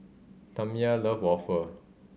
Tamya love waffle